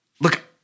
Look